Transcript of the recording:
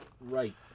Right